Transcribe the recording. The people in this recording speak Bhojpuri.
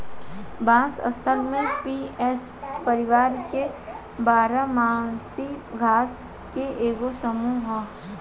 बांस असल में पोएसी परिवार के बारह मासी घास के एगो समूह ह